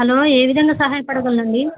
hello ఏ విధంగా సహాయపడగలండి